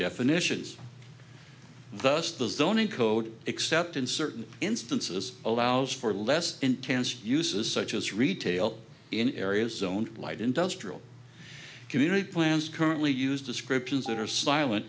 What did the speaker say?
zoning code except in certain instances allows for less intense uses such as retail in areas zoned light industrial community plants currently use descriptions that are silent